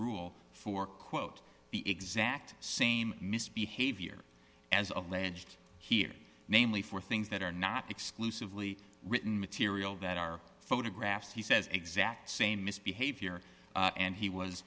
rule for quote the exact same misbehavior as alleged here namely for things that are not exclusively written material that are photographs he says exact same misbehavior and